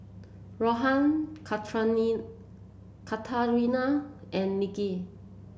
Rohan Katarina and Nicky